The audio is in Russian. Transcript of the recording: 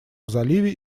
заливе